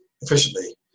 efficiently